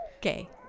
gay